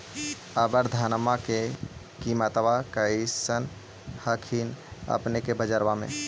अबर धानमा के किमत्बा कैसन हखिन अपने के बजरबा में?